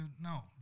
no